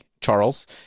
Charles